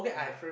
(uh huh)